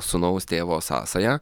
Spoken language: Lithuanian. sūnaus tėvo sąsaja